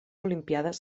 olimpíades